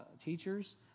teachers